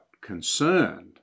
concerned